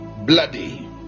Bloody